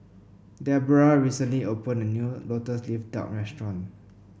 Deborrah recently opened a new lotus leaf duck restaurant